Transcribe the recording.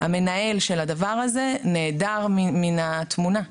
של הדבר הזה נעדר מן התמונה.